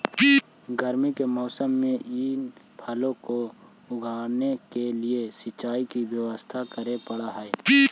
गर्मी के मौसम में इन फलों को उगाने के लिए सिंचाई की व्यवस्था करे पड़अ हई